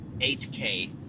8K